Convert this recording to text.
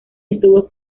estuvo